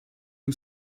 who